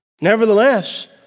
Nevertheless